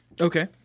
Okay